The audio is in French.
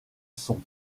son